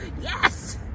Yes